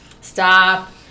Stop